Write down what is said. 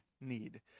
need